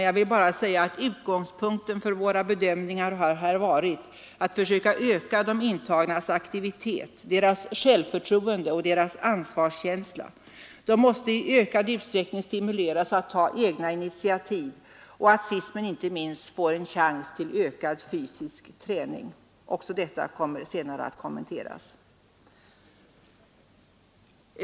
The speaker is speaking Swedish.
Utgångspunkten för våra bedömningar har varit att försöka öka de intagnas aktivitet, deras självförtroende och deras ansvarskänsla. De måste i ökad utsträckning stimuleras att ta egna initiativ och sist men inte minst få en chans till ökad fysisk träning. Också detta kommer senare att kommenteras.